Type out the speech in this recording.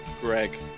Greg